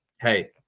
hey